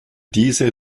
diese